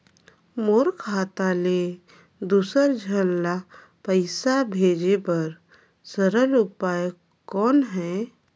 मोर खाता ले दुसर झन ल पईसा भेजे बर सरल उपाय कौन हे?